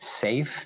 safe